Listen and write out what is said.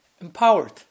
empowered